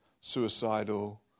suicidal